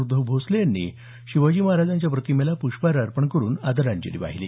उद्धव भोसले यांनी शिवाजी महाराज यांच्या प्रतिमेस प्रष्पहार अर्पण करून आदरांजली वाहिली